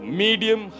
medium